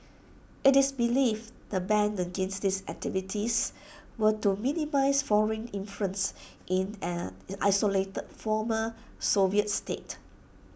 IT is believed the ban against these activities were to minimise foreign influence in an isolated former Soviet state